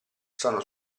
sono